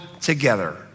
together